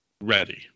ready